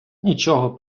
нічого